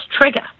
trigger